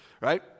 right